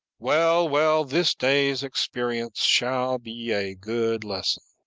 well, well, this day's experience shall be a good lesson.